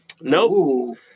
Nope